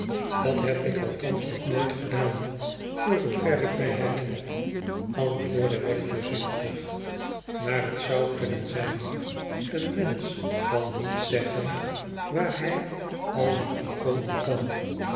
fdat heb ik althans nog nooit gedaan voor zoover ik mij herinner antwoordde wegg voorzichtig maar het zou kunnen zijn een mensch bn niet zeggen waar hij al met toe komen kan